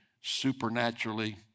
supernaturally